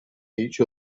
each